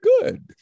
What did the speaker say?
good